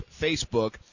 Facebook